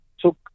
took